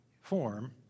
form